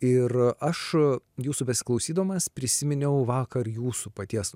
ir aš jūsų besiklausydamas prisiminiau vakar jūsų paties